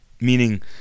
Meaning